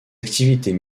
activités